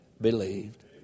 believed